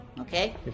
Okay